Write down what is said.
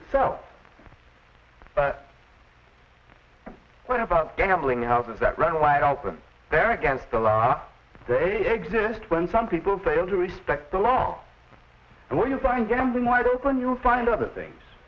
itself but what about gambling houses that run wide open there against the law they exist when some people fail to respect the law and when you find gambling wide open you will find other things